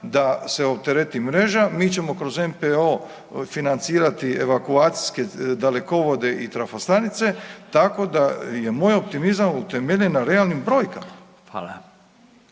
da se optereti mreža. Mi ćemo kroz MPO financirati evakuacijske dalekovode i trafostanice tako da je moj optimizam utemeljen na realnim brojkama.